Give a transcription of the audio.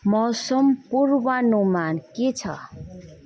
मौसम पूर्वानुमान के छ